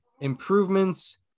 improvements